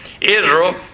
Israel